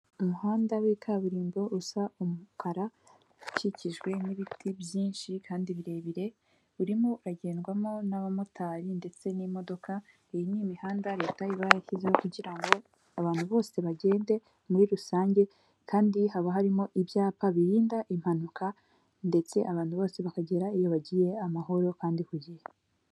Umuhanda wa kaburimbo usa umukara ukikijwe n'ibiti byinshi kandi birebire, urimo agendwamo n'abamotari ndetse n'imodoka, iyi ni imihanda leta ibashyize kugira ngo abantu bose bagende muri rusange, kandi haba harimo ibyapa birinda impanuka ndetse abantu bose bakagera iyo bagiye amahoro kandi ku gihe.